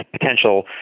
potential